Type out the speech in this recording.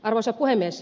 arvoisa puhemies